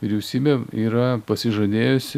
vyriausybė yra pasižadėjusi